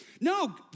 No